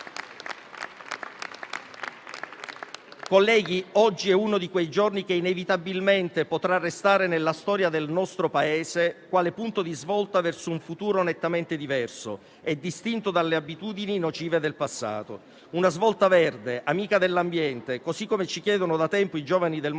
Colleghi, oggi è un giorno che, inevitabilmente, potrà restare nella storia del nostro Paese quale punto di svolta verso un futuro nettamente diverso e distinto dalle abitudini nocive del passato, secondo quella svolta verde, amica dell'ambiente, che ci chiedono da tempo i giovani del movimento